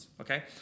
Okay